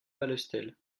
palestel